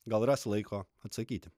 gal ras laiko atsakyti